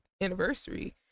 anniversary